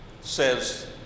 says